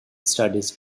studies